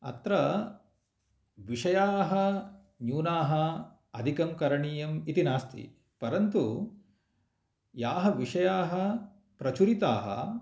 अत्र विषयाः न्यूनाः अधिकं करणीयम् इति नास्ति परन्तु याः विषयाः प्रचुरिताः